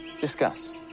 Discuss